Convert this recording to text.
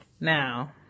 Now